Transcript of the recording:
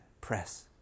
press